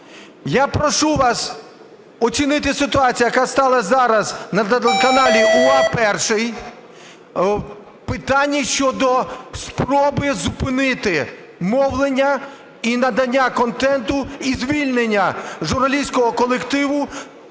Я прошу вас оцінити ситуацію, яка сталася зараз на каналі "UA:Перший" в питанні щодо спроби зупинити мовлення і надання контенту, і звільнення журналістського колективу